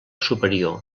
superior